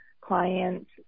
clients